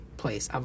place